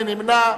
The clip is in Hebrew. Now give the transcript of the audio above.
מי נמנע?